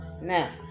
now